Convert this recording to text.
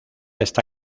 está